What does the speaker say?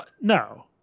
No